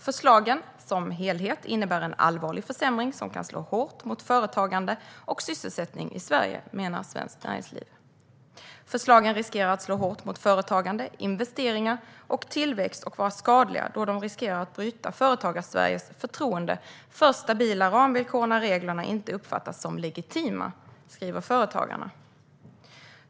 Förslagen som helhet innebär en allvarlig försämring som kan slå hårt mot företagande och sysselsättning i Sverige, menar Svenskt Näringsliv. Företagarna skriver att förslagen riskerar att slå hårt mot företagande, investeringar och tillväxt. Förslagen kan vara skadliga, då de riskerar att bryta Företagarsveriges förtroende för stabila ramvillkor när reglerna inte uppfattas som legitima.